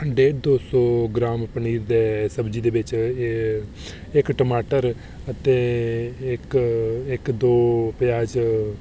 अदे डेढ दो सौ ग्रांम पनीर सब्जी दे बिच इक टमाटर अते इक इक दो प्याज बत्हेरा होंदा ऐ